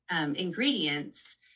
ingredients